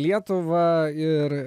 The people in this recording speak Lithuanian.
lietuvą ir